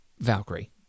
Valkyrie